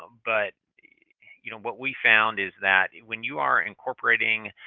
um but you know what we found is that when you are incorporating